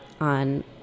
on